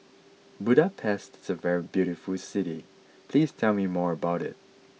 Budapest is a very beautiful city please tell me more about it